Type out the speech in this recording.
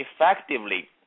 effectively